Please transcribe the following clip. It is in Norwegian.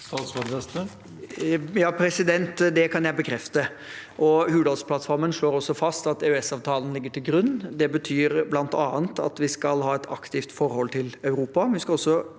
Det kan jeg bekrefte. Hurdalsplattformen slår også fast at EØSavtalen ligger til grunn. Det betyr bl.a. at vi skal ha et aktivt forhold til Europa.